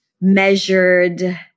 measured